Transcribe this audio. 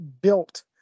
built